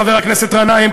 חבר הכנסת גנאים,